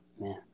Man